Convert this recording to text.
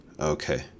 Okay